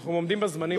אנחנו עומדים בזמנים.